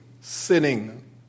sinning